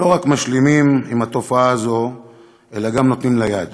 לא רק משלימות עם התופעה הזאת אלא גם נותנות לה יד.